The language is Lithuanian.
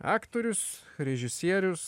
aktorius režisierius